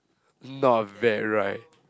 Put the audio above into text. not bad right